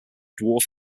dwarf